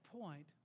point